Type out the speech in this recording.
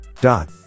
dot